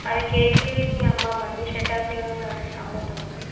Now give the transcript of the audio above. అవి కేజీని అమ్మము అండి చటాకులను కూడా అ అమ్ముతాం అండి